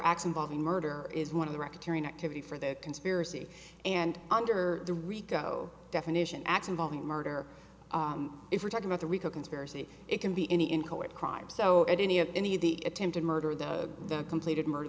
acts involving murder is one of the rectory an activity for the conspiracy and under the rico definition acts involving murder if we're talking about the rico conspiracy it can be any in court crime so that any of any of the attempted murder the the completed murder